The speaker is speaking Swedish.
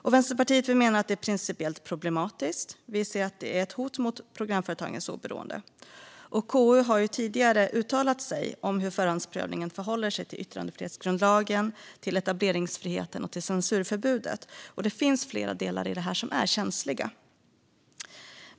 Vi i Vänsterpartiet menar att detta är principiellt problematiskt. Vi ser att det är ett hot mot programföretagens oberoende. KU har ju tidigare uttalat sig om hur förhandsprövningen förhåller sig till yttrandefrihetsgrundlagen, till etableringsfriheten och till censurförbudet, och det finns flera delar i detta som är känsliga.